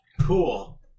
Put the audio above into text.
Cool